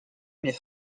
mais